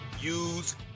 use